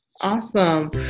Awesome